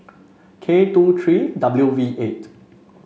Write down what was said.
K two three W V eight